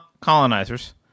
colonizers